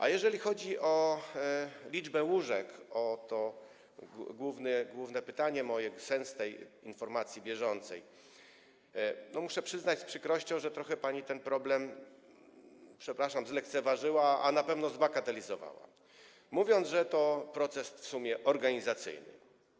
A jeżeli chodzi o liczbę łóżek - to moje główne pytanie, sens tej informacji bieżącej - to muszę przyznać z przykrością, że trochę pani ten problem, przepraszam, zlekceważyła, a na pewno zbagatelizowała, mówiąc, że to proces w sumie organizacyjny.